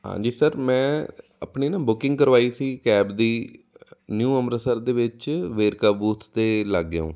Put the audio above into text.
ਹਾਂਜੀ ਸਰ ਮੈਂ ਆਪਣੀ ਨਾ ਬੁਕਿੰਗ ਕਰਵਾਈ ਸੀ ਕੈਬ ਦੀ ਨਿਊ ਅੰਮ੍ਰਿਤਸਰ ਦੇ ਵਿੱਚ ਵੇਰਕਾ ਬੂਥ ਦੇ ਲਾਗਿਉਂ